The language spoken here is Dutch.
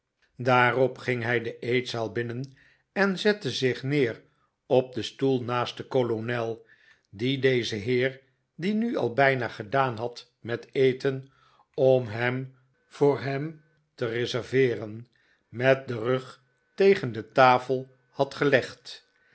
daarop ging hij de eetzaal binnen en zette zich neer op den stoel naast den kolonel dien deze heer die nu al bijna gedaan had met eten om hem voor hem te reserveeren met den rug tegen de tafel had gelegd